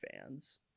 fans